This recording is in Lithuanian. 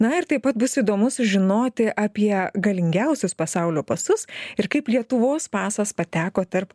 na ir taip pat bus įdomu sužinoti apie galingiausius pasaulio pasus ir kaip lietuvos pasas pateko tarp